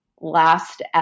last